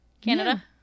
Canada